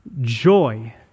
joy